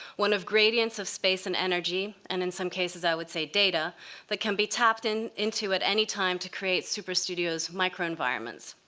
one of gradients, of space and energy and in some cases, i would say, data that can be tapped into at any time to create superstudio's microenvironments.